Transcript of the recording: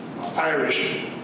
Irish